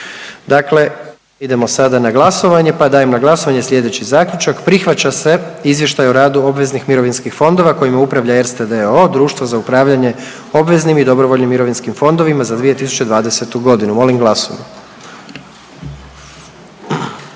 Dakle, idemo sada na glasovanje, pa dajem na glasovanje slijedeći Zaključak, prihvaća se izvještaj o radu obveznih mirovinskih fondova kojima upravlja Erste d.o.o. društvo za upravljanje obveznim i dobrovoljnim mirovinskim fondovima za 2020. godinu. Molim glasujmo.